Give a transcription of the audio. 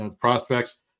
prospects